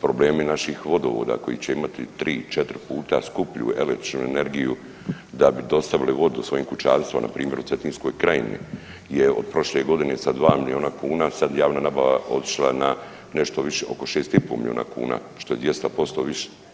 problemi naših vodovoda koji će imati 3, 4 puta skuplju električnu energiju da bi dostavili vodu svojim kućanstvima, npr. u Cetinskoj krajini je od prošle godine sa 2 milijuna kuna, sad javna nabava otišla na nešto više, oko 6,5 milijuna kuna, što je 200% više.